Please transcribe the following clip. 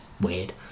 weird